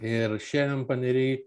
ir šiandien paneriai